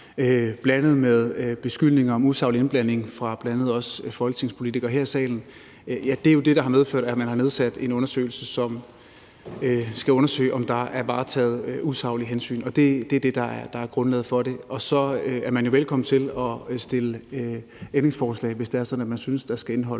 blandet med beskyldninger om usaglig indblanding fra bl.a. også folketingspolitikere her i salen. Det er jo det, der har medført, at man har nedsat en undersøgelseskommission, som skal undersøge, om der er varetaget usaglige hensyn. Det er det, der er grundlaget for det, og så er man jo velkommen til at stille ændringsforslag, hvis det er sådan, at man synes, der skal mere